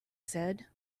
said